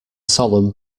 solemn